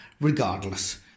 Regardless